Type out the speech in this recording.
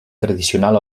tradicional